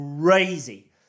crazy